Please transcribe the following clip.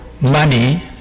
money